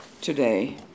today